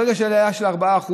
ברגע שיש עלייה של 4%,